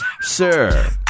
Sir